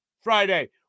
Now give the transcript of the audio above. Friday